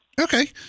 Okay